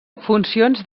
funcions